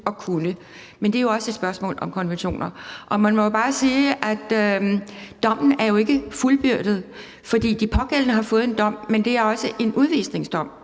og kunne. Men det er jo også et spørgsmål om konventioner. Man må jo bare sige, at dommen ikke er fuldbyrdet, fordi de pågældende har fået en dom. Men det er også en udvisningsdom,